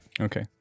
Okay